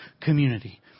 community